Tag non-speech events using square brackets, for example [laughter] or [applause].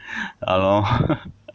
!hannor! [laughs]